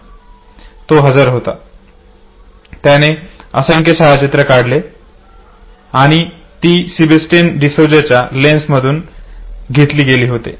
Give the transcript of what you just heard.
तो तिथे हजर होता त्याने असंख्य छायाचित्रे काढली आणि ती सेबॅस्टियन डिसोझाच्या लेन्समधून घेतली गेली होती